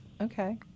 Okay